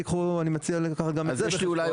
אני מציע לקחת גם את זה בחשבון,